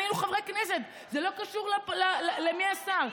היינו חברי כנסת, זה לא קשור למי היה השר.